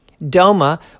DOMA